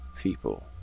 people